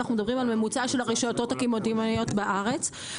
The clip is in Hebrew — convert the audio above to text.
אנחנו מדברים על ממוצע של הרשתות הקמעונאיות בארץ.